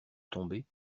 tomber